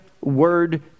word